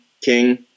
King